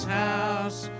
house